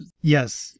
Yes